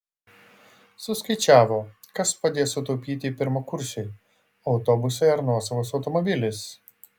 suskaičiavo kas padės sutaupyti pirmakursiui autobusai ar nuosavas automobilis